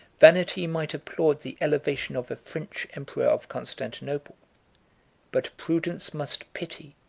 vanity might applaud the elevation of a french emperor of constantinople but prudence must pity,